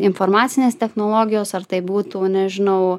informacinės technologijos ar tai būtų nežinau